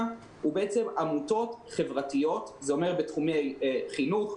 הוא שעמותות חברתיות זה אומר בתחומי חינוך,